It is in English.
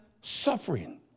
suffering